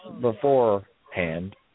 beforehand